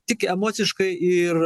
tik emociškai ir